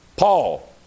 Paul